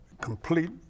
complete